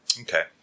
Okay